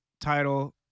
title